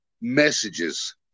messages